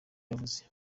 yavuze